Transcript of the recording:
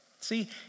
See